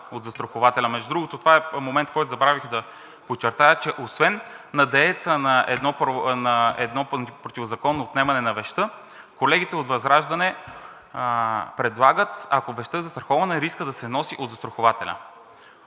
от застрахователя. Между другото това е момент, който забравих да подчертая, че освен на дееца на едно противозаконно отнемане на вещта колегите от ВЪЗРАЖДАНЕ предлагат, ако вещта е застрахована, рискът да се носи от застрахователя.